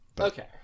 okay